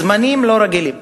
זמנים לא רגילים,